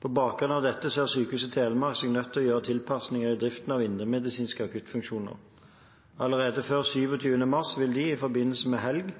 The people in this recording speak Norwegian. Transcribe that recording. På bakgrunn av dette ser Sykehuset Telemark seg nødt til å gjøre tilpasninger i driften av indremedisinsk akuttfunksjon. Allerede før 27. mars vil de, i forbindelse med helg,